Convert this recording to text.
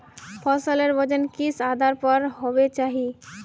फसलेर वजन किस आधार पर होबे चही?